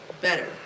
better